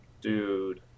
Dude